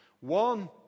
One